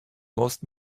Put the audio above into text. most